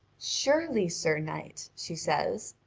surely, sir knight, she says,